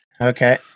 Okay